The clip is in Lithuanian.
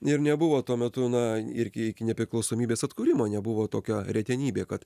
ir nebuvo tuo metu na irgi iki nepriklausomybės atkūrimo nebuvo tokia retenybė kad